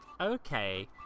okay